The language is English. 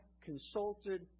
consulted